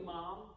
Mom